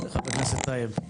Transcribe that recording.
חבר הכנסת טייב.